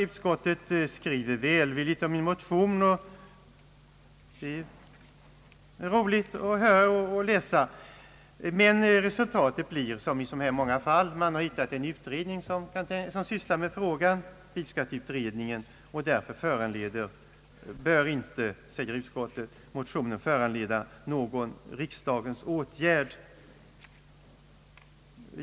Utskottet skriver välvilligt om min motion och det är roligt att läsa, men resultatet blir som i så många fall att man har hittat en utredning som sysslar med frågan, bilskatteutredningen, och därför bör inte, säger utskottet, motionen föranleda någon riksdagens åtgärd.